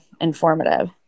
informative